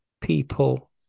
people